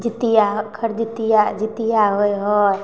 जितिआ खरजितिआ जितिआ होइ हइ